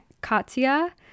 Katya